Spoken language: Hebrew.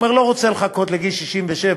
והוא אומר: לא רוצה לחכות לגיל 67,